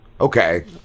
Okay